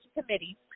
committee